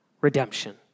redemption